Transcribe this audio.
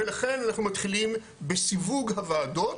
ולכן אנחנו מתחילים בסיווג הוועדות,